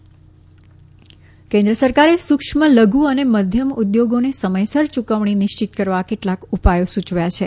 કેન્લભભભ કેન્લસરકારે સૂકમ્ત લધુ અને મધ્યમ ઉદ્યોગોને સમયસર ચૂકવણી નિશ્ચિત કરવા કેટલાક ઉપાયો સૂચવ્યા છે